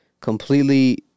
completely